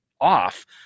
off